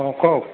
অঁ কওক